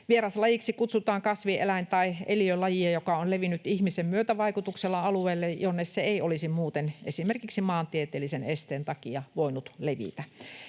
Vieraslajiksi kutsutaan kasvi-, eläin- tai eliölajia, joka on levinnyt ihmisen myötävaikutuksella alueelle, jonne se ei olisi muuten esimerkiksi maantieteellisen esteen takia voinut levitä.